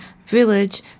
village